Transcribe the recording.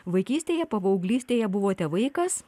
vaikystėje paauglystėje buvote vaikas